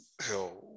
hell